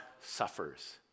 suffers